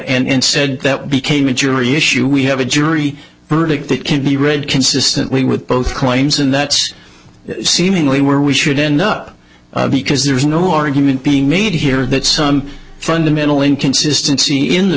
jury and said that became a jury issue we have a jury verdict that can be read consistently with both claims and that's seemingly where we should end up because there's no argument being made here that some fundamental inconsistency in th